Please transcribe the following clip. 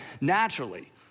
naturally